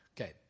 Okay